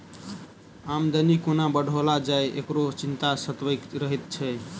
आमदनी कोना बढ़ाओल जाय, एकरो चिंता सतबैत रहैत छै